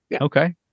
Okay